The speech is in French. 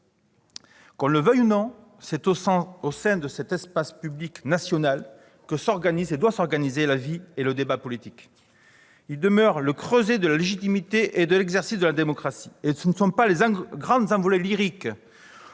Qu'on le veuille ou non, c'est au sein de cet espace public national que doivent s'organiser la vie et le débat politiques. Il demeure le creuset de la légitimité et de l'exercice de la démocratie, et ce ne sont pas les grandes envolées lyriques